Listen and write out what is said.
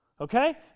okay